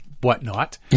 whatnot